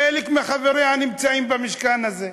חלק מחבריה נמצאים במשכן הזה?